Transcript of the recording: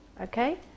Okay